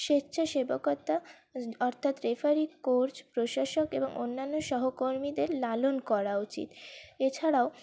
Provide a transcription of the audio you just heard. স্বেচ্ছাসেবকতা অর্থাৎ referee coach প্রশাসক এবং অন্যান্য সহকর্মীদের লালন করা উচিত এছাড়াও